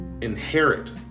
inherit